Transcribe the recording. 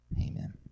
Amen